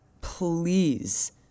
Please